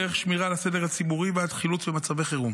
דרך שמירה על הסדר הציבורי ועד חילוץ במצבי חירום.